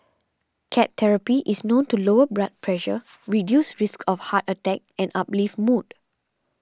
cat therapy is known to lower blood pressure reduce risks of heart attack and uplift mood